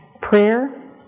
prayer